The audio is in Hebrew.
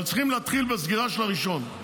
אבל צריכים להתחיל עם הסגירה של הראשון.